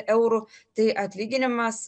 eurų tai atlyginimas